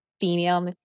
female